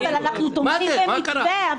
אבל אנחנו תומכים במתווה,